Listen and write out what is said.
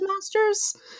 masters